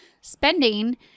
spending